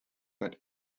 but